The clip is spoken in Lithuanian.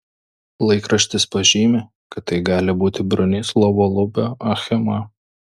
laikraštis pažymi kad tai gali būti bronislovo lubio achema